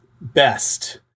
best